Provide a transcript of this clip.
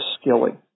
Skilling